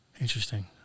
Interesting